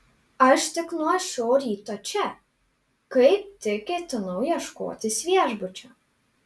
aš tik nuo šio ryto čia kaip tik ketinau ieškotis viešbučio